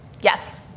Yes